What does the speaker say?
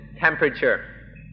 temperature